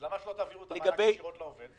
למה שלא תעבירו את המענק ישירות לעובד?